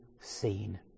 seen